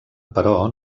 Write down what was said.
però